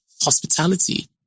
hospitality